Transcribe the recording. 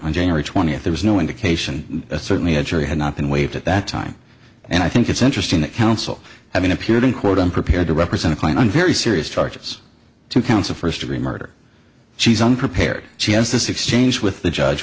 on january twentieth there was no indication that certainly a jury had not been waived at that time and i think it's interesting that counsel having appeared in court unprepared to represent a client on very serious charges two counts of first degree murder she's unprepared she has this exchange with the judge